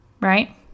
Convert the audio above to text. Right